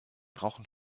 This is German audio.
brauchen